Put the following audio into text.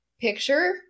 picture